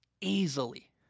easily